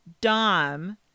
Dom